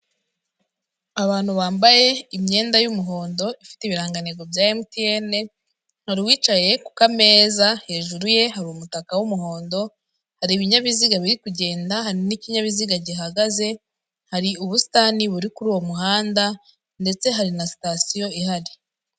Abantu bambaye imyenda y'umuhondo ifite ibirangantego bya MTN, hari uwicaye ku kameza, hejuru ye hari umutaka w'umuhondo, hari ibinyabiziga biri kugenda, hari n'ikinyabiziga gihagaze, hari ubusitani buri kuri uwo muhanda ndetse hari na sitasiyo ihari.